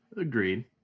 agreed